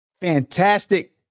Fantastic